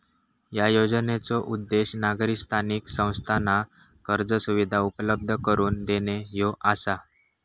या योजनेचो उद्देश नागरी स्थानिक संस्थांना कर्ज सुविधा उपलब्ध करून देणे ह्यो आसा